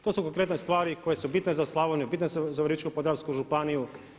To su konkretne stvari koje su bitne za Slavoniju, bitne su za Virovitičko-podravsku županiju.